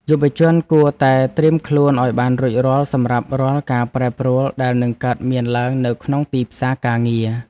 យុវជនគួរតែត្រៀមខ្លួនឱ្យបានរួចរាល់សម្រាប់រាល់ការប្រែប្រួលដែលនឹងកើតមានឡើងនៅក្នុងទីផ្សារការងារ។